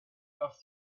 off